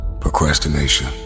procrastination